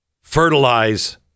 fertilize